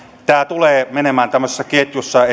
tämä tulee menemään tämmöisessä ketjussa